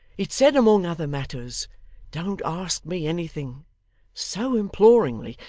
it said among other matters don't ask me anything so imploringly,